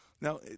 Now